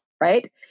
right